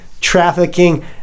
trafficking